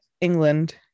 England